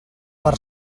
per